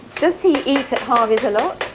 does he eat at harvey's a lot?